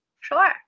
sure